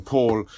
Paul